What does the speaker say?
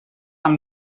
amb